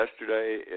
Yesterday